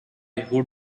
who